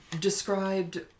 described